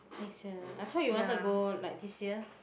next year I thought you wanted to go like this year